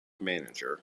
manager